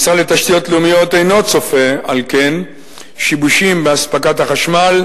משרד התשתיות הלאומיות אינו צופה על כן שיבושים באספקת החשמל,